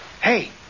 Hey